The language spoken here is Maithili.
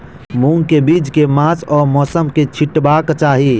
मूंग केँ बीज केँ मास आ मौसम मे छिटबाक चाहि?